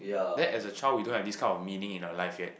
that as a child we don't have this kind of meaning in our life yet